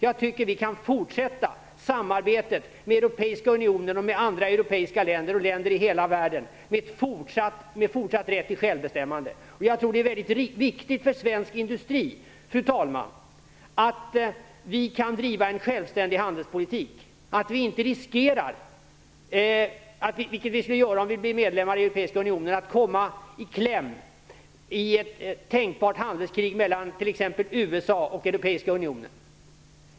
Jag tycker att vi kan fortsätta samarbetet med Europeiska unionen, med andra europeiska länder och med länder i hela världen med fortsatt rätt till självbestämmande. Fru talman! Det är viktigt för Sveriges industri att vi kan driva en självständig handelspolitik och att vi inte riskerar, vilket vi skulle göra om vi blev medlemmar i Europeiska unionen, att komma i kläm i ett tänkbart handelskrig mellan t.ex. USA och Europeiska unionen.